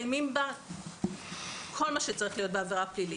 לפני שאני אתחיל אני אקריא, על פי ההנחיות כמובן.